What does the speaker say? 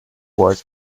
was